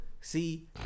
see